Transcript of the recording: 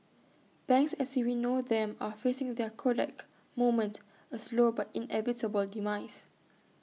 banks as we know them are facing their Kodak moment A slow but inevitable demise